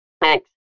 Thanks